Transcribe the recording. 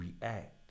react